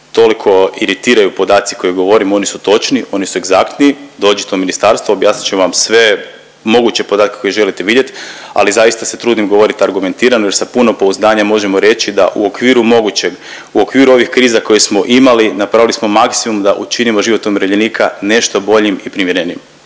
toliko iritiraju podaci koje govorim, oni su točni, oni su egzaktni, dođite u ministarstvo objasnit ćemo vam sve moguće podatke koje želite vidjeti, ali zaista se trudim govorit argumentirano jer sa puno pouzdanja možemo reći da u okviru mogućeg, u okviru ovih kriza koje smo imali napravili smo maksimum da učinimo život umirovljenika nešto boljim i primjerenijim.